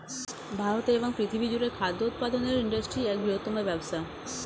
ভারতে এবং পৃথিবী জুড়ে খাদ্য উৎপাদনের ইন্ডাস্ট্রি এক বৃহত্তম ব্যবসা